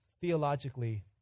theologically